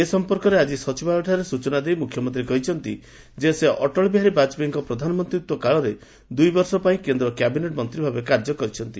ଏ ସଂପର୍କରେ ଆକି ସଚିବାଳୟଠାରେ ସୂଚନାଦେଇ ମୁଖ୍ୟମନ୍ତୀ କହିଛନ୍ତି ଯେ ସେ ଅଟଳବିହାରୀ ବାକପେୟୀଙ୍କ ପ୍ରଧାନମନ୍ତୀତ୍ୱ କାଳରେ ଦୁଇବର୍ଷ ପାଇଁ କେନ୍ଦ୍ର ସରକାରଙ୍କର କ୍ୟାବିନେଟ୍ ମନ୍ତୀ ଭାବେ କାର୍ଯ୍ୟ କରିଛନ୍ତି